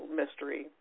mystery